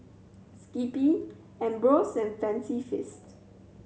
Skippy Ambros and Fancy Feast